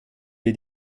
wir